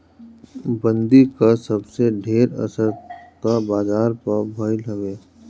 बंदी कअ सबसे ढेर असर तअ बाजार पअ भईल हवे